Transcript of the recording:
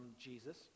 Jesus